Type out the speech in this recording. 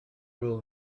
will